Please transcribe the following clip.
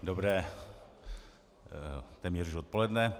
Dobré téměř již odpoledne.